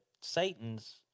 Satan's